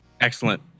Excellent